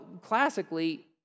classically